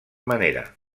manera